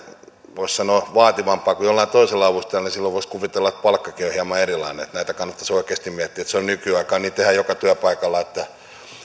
voisi sanoa ehkä vaativampaa kuin jollain toisella avustajalla niin silloin voisi kuvitella että palkkakin on hieman erilainen että näitä kannattaisi oikeasti miettiä se on nykyaikaa niin tehdään joka työpaikalla että